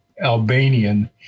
Albanian